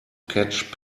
catch